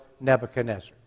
Nebuchadnezzar